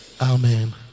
amen